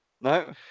No